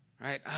Right